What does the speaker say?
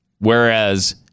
Whereas